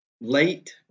late